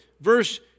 verse